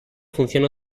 funciona